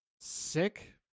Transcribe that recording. sick